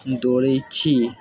दौड़ै छी